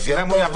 אתה סיימת?